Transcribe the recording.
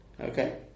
Okay